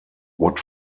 what